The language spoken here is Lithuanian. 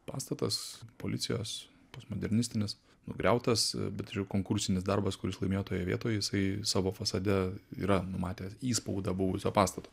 pastatas policijos postmodernistinis nugriautas bet ir jų konkursinis darbas kuris laimėjo toje vietoj jisai savo fasade yra numatę įspaudą buvusio pastato